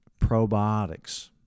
probiotics